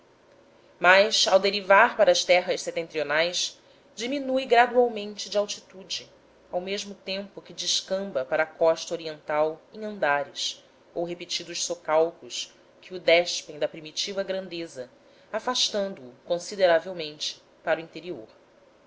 mas ao derivar para as terras setentrionais diminui gradualmente de altitude ao mesmo tempo que descamba para a costa oriental em andares ou repetidos socalcos que o despem da primitiva grandeza afastando-o consideravelmente para o interior